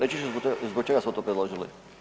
Reći ću zbog čega smo to predložili.